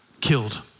killed